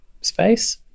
space